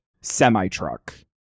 semi-truck